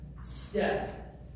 step